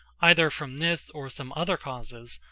either from this or some other causes,